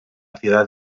ciudad